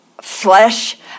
flesh